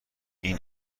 این